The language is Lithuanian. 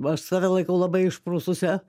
aš save laikau labai išprususia